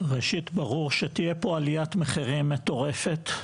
ראשית, ברור שתהיה פה עליית מחירים מטורפת.